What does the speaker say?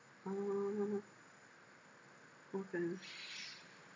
oh okay